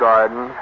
Garden